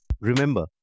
Remember